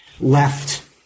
left